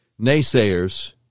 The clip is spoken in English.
naysayers